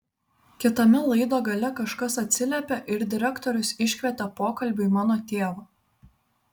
kitame laido gale kažkas atsiliepė ir direktorius iškvietė pokalbiui mano tėvą